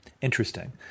Interesting